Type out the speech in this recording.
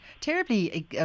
Terribly